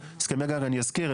אני אזכיר,